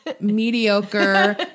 mediocre